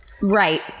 right